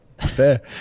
Fair